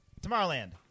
Tomorrowland